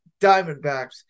Diamondbacks